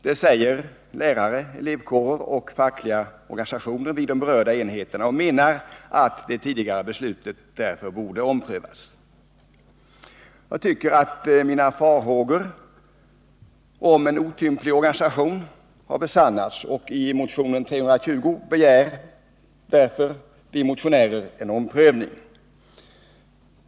Det säger lärare och personer inom elevkårer och fackliga organisationer vid de berörda enheterna. De menar därför att det tidigare beslutet borde omprövas. Jag tycker att mina farhågor om en otymplig organisation har besannats, och i motionen 320 begär därför vi motionärer en omprövning.